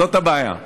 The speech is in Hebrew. זאת הבעיה.